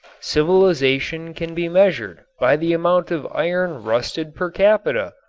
civilization can be measured by the amount of iron rusted per capita,